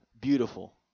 beautiful